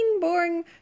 boring